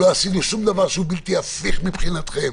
לא עשינו דבר שהוא בלתי הפיך מבחינתכם.